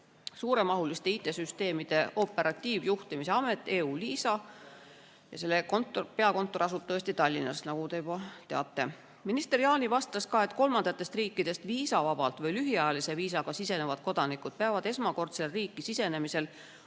suuremahuliste IT‑süsteemide operatiivjuhtimise amet eu-LISA, mille peakontor asub Tallinnas, nagu te juba teate. Minister Jaani vastas, et kolmandatest riikidest viisavabalt või lühiajalise viisaga sisenevad kodanikud peavad esmakordsel riiki sisenemisel